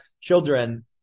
children